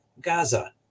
Gaza